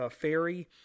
ferry